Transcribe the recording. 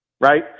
Right